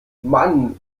mann